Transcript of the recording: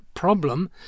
problem